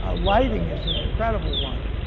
ah lighting is an incredible one,